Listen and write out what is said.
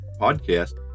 podcast